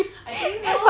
I think so